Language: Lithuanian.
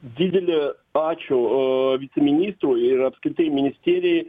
didelį ačiū o viceministrui ir apskritai ministeriai